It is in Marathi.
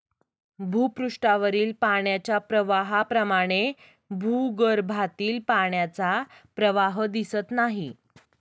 भूपृष्ठावरील पाण्याच्या प्रवाहाप्रमाणे भूगर्भातील पाण्याचा प्रवाह दिसत नाही